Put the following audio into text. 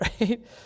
right